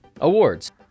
Awards